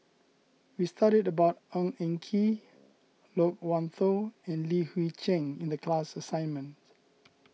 we studied about Ng Eng Kee Loke Wan Tho and Li Hui Cheng in the class assignment